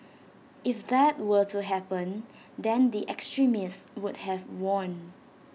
if that were to happen then the extremists would have won